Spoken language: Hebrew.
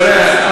תראה,